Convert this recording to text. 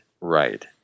right